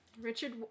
Richard